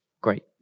Great